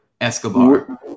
Escobar